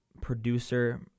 producer